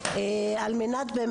אני אגיד לך